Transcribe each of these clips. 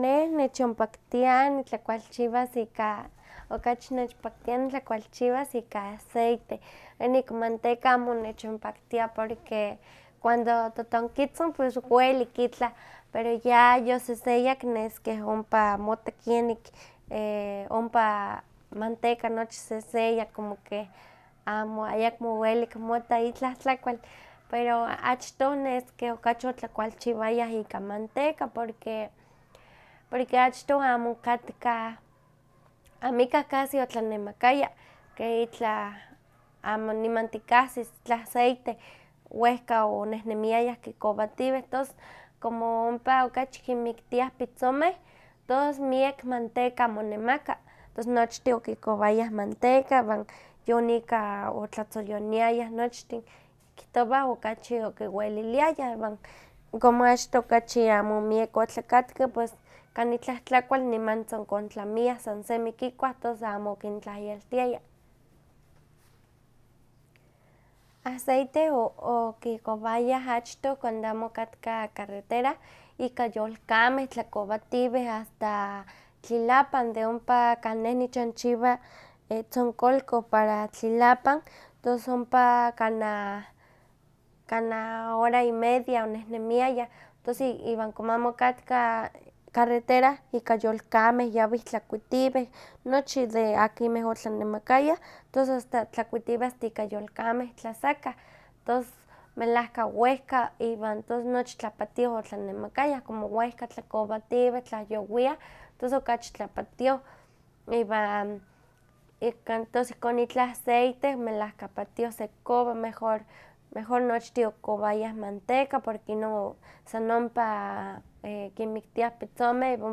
Neh nechonpaktia nitlakualchiwas ika, okachi nechonpaktia nitlakualchiwas ika aceite bueno ika manteca amo nechonpaktia porque cuando totonkitzin pues welik itlah, pero yayoseseyak neskeh ompa mota kenik ompa manteca nochi seseya como keh amo ayakmo welik mota itlah tlakual, pero achton nesi keh okachi ika otlakualchiwayah ika manteca, porque porque achtoh amo okatkah amo okachi otlanemakaya keh itlah amo niman tikahsis itlah aceite, wehka onehnemiayah kikowatiweh tos como ompa okachi kinmiktiah pitzimeh, tos miak manteca monemaka, tos nochtih okikowayah manteca, iwan yon ika otlatzoyoniayah nochtin, kihtowa okachi okiweliliayah iwan como achtoh okachi miak otlakatka pos kanah itlah tlakual nimantzin kontlamiah san semi kikuah tos amo okintlahyaltiaya. Aceite okikowayah achtoh cuando amo okatka carretera, ika yolkameh tlakowatiweh, asta tlilapan, de ompa kan nech nichanchiwa tzonkolko para tlilapan kanah kanah hora y media onehnemiayah, iwan como amo okatka carretera, ika yolkameh yawih tlakuitiweh, nochi de akimeh otlanemakayah tos asta tlakuitiweh ika yolkameh tlasakah, tos melahka wehka iwan nochi tlapatioh otlanemakayah, como wehka tlakowatiweh, tlahyowiah, tos okachi tlapatioh, iwan ika tos ihkon itlah aceite melahka patioh sekikowa, mejor nochtin okikowayah manteca porque inon san ompa kinmiktiah pitzomeh iwan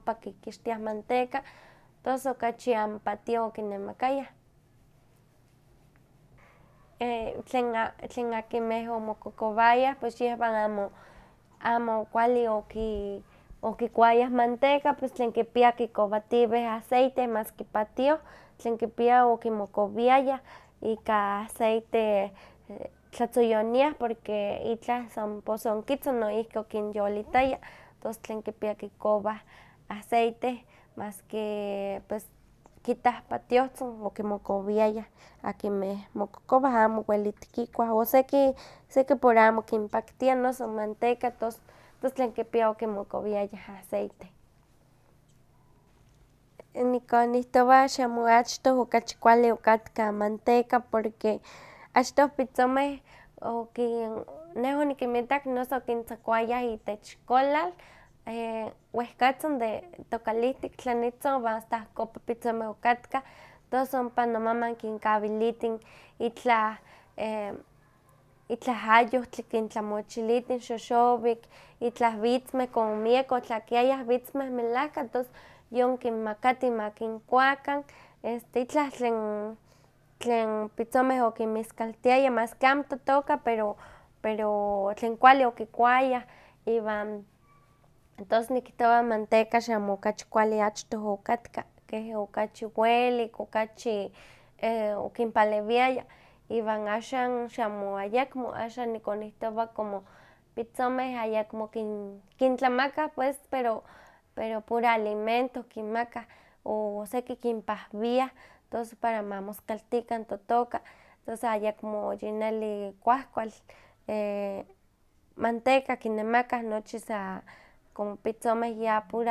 ompa kikixtiah manteca, tos okachi amo patioh okinemakayah. Tlen tlen akinmeh omokokowayah pues yehwan amo kualli okikuayah manteca, pus tlen kipia kikowatiweh aceite mas 1ue patioh, tlen kipia okimokowiayah, ika aceite tlatzoyoniah, porque itla san posonkitzin noihki okinyolitaya, tos tlen kipiah kikowah acepte más que kitah patiohtzin okimokowiayah akinmeh mokokowah, amo weliti kikuah o seki seki por amo kinpaktia noso manteca, tos tlen kipia okimokowiayah aceite. Nikonihtowa xamo achtoh kualli okatka manteca porque xamo achtoh, achtoh pitzomeh okin neh onikinmitak nes okintzakuayah itech kolal, wehkatzin de tokalihtik, tlanitzin iwan asta ahkopa pitzomeh okatkah, tos ompa nomanan kinkawilitin itlah itlah ayohtli kintlamochilitin xoxowik, itlah witzmeh como miekeh otlakiayah melahka tos yon kinmakatin ma kinkuakan este itlah tlen tlenpitzomeh okinmiskaltiaya mas ke amo totoka pero pero tlen kuali okikuayah, iwan tos nikihtowa manteca xamo okachi kuali okatka, keh okachi welik, okachi okinpalewiaya, iwan axan yamo ayakmo, axan nikonihtowa como pitzomeh ayakmo kin- kintlamakah pues pero pero puro alimento kinmakah, o seki kinpahwiah, tos para ma moskaltikan totoka, tos ayakmo neli kuahkual. Manteca kinemaka nochi sa como pitzomeh puro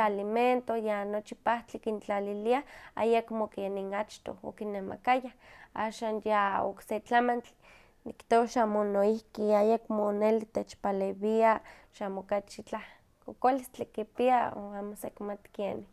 alimento, ya nochi pahtli kintlaliliah, ayekmo kemin achtoh okinnemakayah, axan ya okse tlamantli, nikihtowa xamo noihki ayakmo neli tech palewia, xamo okachi itlah kokolistli kipia o amo seki mati kienih.